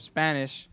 Spanish